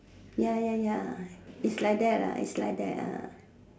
ya ya ya is like that lah is like that ah